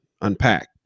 unpack